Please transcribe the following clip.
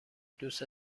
دوست